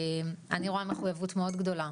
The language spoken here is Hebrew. אני רואה מחויבות מאוד גדולה,